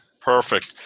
Perfect